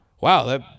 Wow